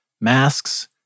Masks